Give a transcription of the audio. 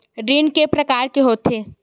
ऋण के प्रकार के होथे?